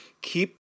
keep